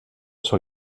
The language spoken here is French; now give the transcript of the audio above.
sur